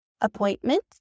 Appointment